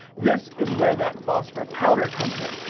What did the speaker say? this is where that phosphor powder comes in.